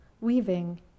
weaving